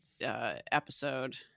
episode